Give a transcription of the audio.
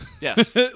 Yes